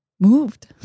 Moved